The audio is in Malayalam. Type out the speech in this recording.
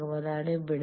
അതാണ് ഇമ്പിഡൻസ്